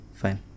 fine